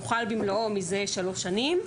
הוא חל במלואו מזה שלוש שנים.